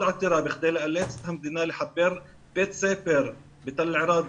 עתירה בכדי לאלץ את המדינה לחבר למים בית ספר בתל ערד.